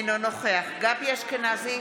אינו נוכח גבי אשכנזי,